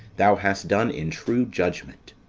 thou hast done in true judgment